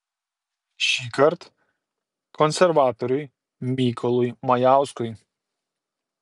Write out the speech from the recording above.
šįkart konservatoriui mykolui majauskui